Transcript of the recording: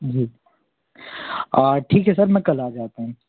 जी ठीक है सर मैं कल आ जाता हूँ